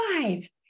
five